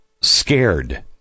scared